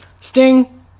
Sting